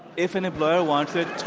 if an employer wants it